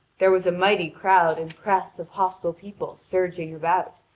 there was a mighty crowd and press of hostile people surging about,